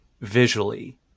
visually